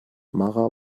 mara